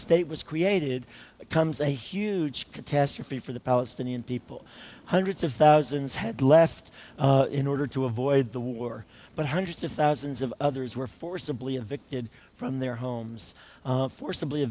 state was created comes a huge catastrophe for the palestinian people hundreds of thousands had left in order to avoid the war but hundreds of thousands of others were forcibly evicted from their homes forcibly